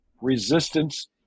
resistance